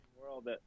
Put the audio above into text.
world